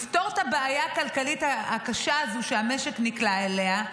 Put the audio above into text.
לפתור את הבעיה הכלכלית הקשה הזו שהמשק נקלע אליה,